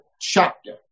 chapter